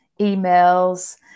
emails